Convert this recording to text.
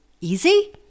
easy